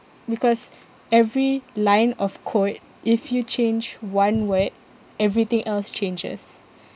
because every line of code if you change one word everything else changes